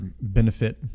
benefit